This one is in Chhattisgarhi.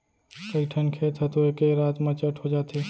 कइठन खेत ह तो एके रात म चट हो जाथे